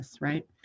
right